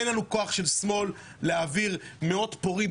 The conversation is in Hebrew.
אין לנו כוח של שמאל להעביר מאות פורעים